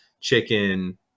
chicken